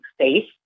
space